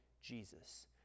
Jesus